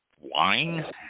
wine